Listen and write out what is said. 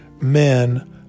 men